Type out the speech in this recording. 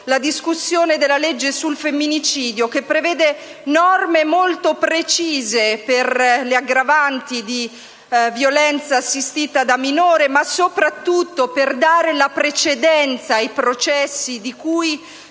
la discussione del disegno di legge sul femminicidio, che prevede norme molto precise per le aggravanti di violenza assistita da minore, ma soprattutto per dare la precedenza ai processi di cui